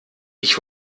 ich